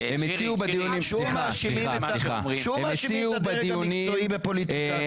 שוב מאשימים את הדרג המקצועי בפוליטיקה.